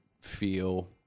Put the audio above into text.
feel